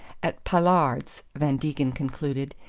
at paillard's, van degen concluded.